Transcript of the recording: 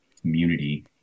community